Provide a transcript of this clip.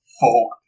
folk